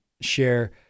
share